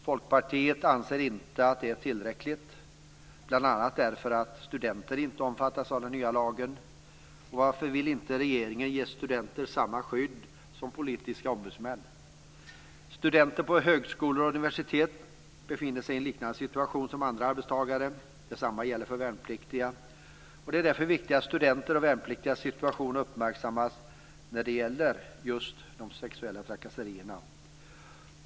Folkpartiet anser inte att det är tillräckligt, bl.a. därför att studenter inte omfattas av den nya lagen. Varför vill inte regeringen ge studenter samma skydd som politiska ombudsmän? Studenter vid högskolor och universitet befinner sig i en liknande situation som andra arbetstagare. Detsamma gäller värnpliktiga. Det är därför viktigt att studenters och värnpliktigas situation uppmärksammas när det gäller just de sexuella trakasserierna.